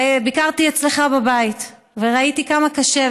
ביקרתי אצלך בבית וראיתי כמה קשה,